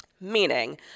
meaning